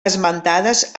esmentades